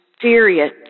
serious